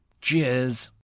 Cheers